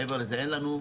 מעבר לזה אין לנו.